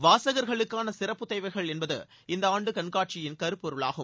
வாசகர்களுக்கான சிறப்பு தேவைகள் என்பது இந்த ஆண்டு கண்காட்சியின் கருப்பொருளாகும்